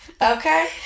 okay